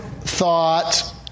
thought